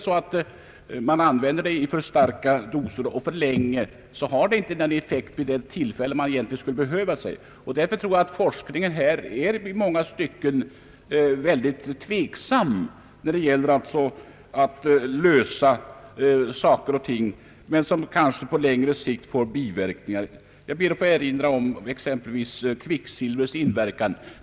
Använder man dem i för starka doser och för länge, har de inte den effekt som man önskar vid ett visst tillfälle. Därför tror jag att forskningen i många stycken är mycket tveksam när det gäller att åstadkomma en positiv effekt, emedan resultatet kanske blir att man på längre sikt får biverkningar. Jag ber att få erinra om t.ex. kvicksilvrets inverkan.